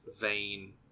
vain